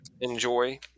enjoy